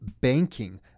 banking